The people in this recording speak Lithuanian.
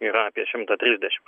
yra apie šimtą trisdešim